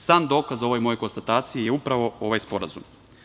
Sam dokaz ovoj mojoj konstataciji je upravo ovaj sporazum.